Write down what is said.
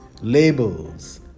labels